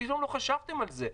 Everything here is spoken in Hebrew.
שלא חשבתם על זה.